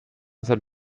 sein